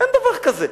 אין דבר כזה.